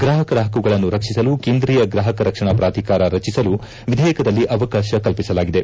ಗ್ರಾಹಕರ ಪಕ್ಷುಗಳನ್ನು ರಕ್ಷಿಸಲು ಕೇಂದ್ರೀಯ ಗ್ರಾಹಕ ರಕ್ಷಣಾ ಪ್ರಾಧಿಕಾರ ರಚಿಸಲು ವಿಧೇಯಕದಲ್ಲಿ ಅವಕಾಶ ಕಲ್ಪಿಸಲಾಗಿದೆ